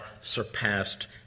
surpassed